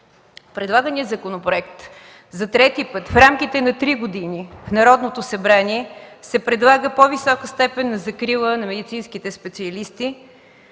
предлагания законопроект за трети път, в рамките на три години, в Народното събрание се предлага по-висока степен на закрила на медицинските специалисти